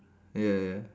ya ya